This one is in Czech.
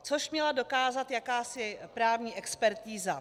Což měla dokázat jakási právní expertiza.